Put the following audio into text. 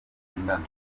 mukundana